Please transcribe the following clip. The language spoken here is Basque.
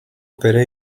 bere